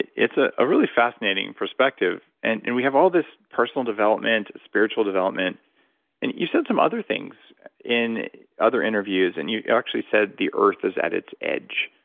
it's a ah really fascinating perspective. and and we have all this personal development, spiritual development and you've said some other things in other interviews and you actually said, the earth is at its edge.